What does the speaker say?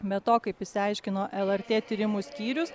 be to kaip išsiaiškino lrt tyrimų skyrius